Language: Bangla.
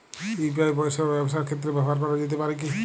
ইউ.পি.আই পরিষেবা ব্যবসার ক্ষেত্রে ব্যবহার করা যেতে পারে কি?